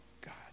God